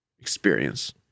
experience